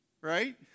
Right